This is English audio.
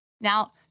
Now